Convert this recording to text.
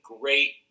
great